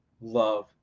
love